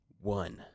one